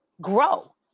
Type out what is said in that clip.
grow